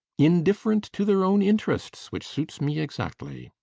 indifferent to their own interests, which suits me exactly.